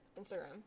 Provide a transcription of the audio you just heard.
Instagram